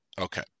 Okay